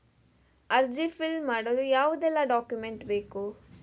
ಅರ್ಜಿ ಫಿಲ್ ಮಾಡಲು ಯಾವುದೆಲ್ಲ ಡಾಕ್ಯುಮೆಂಟ್ ಬೇಕು?